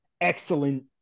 excellent